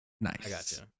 Nice